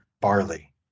barley